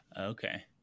Okay